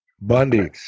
Bundy